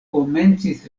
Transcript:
komencis